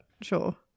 sure